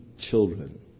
Children